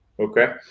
Okay